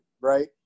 right